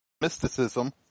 mysticism